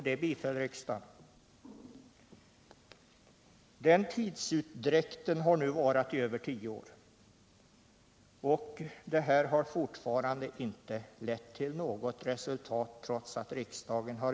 Detta biföll riksdagen. Tidsutdräkten har nu varat i över tio år. Motionen har fortfarande inte lett till något resultat.